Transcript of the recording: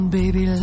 baby